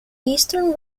eastern